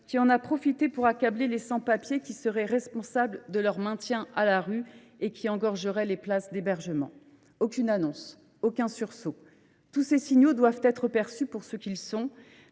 qui en a profité pour accabler les sans papiers, qui seraient responsables de leur maintien à la rue et engorgeraient les places d’hébergement. Aucune annonce, aucun sursaut ! Tous ces signaux doivent être perçus pour ce qu’ils sont